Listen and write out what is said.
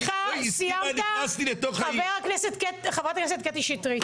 חברת הכנסת קטי שטרית.